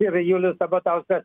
ir julius sabatauskas